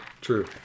true